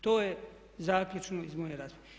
To je zaključno iz moje rasprave.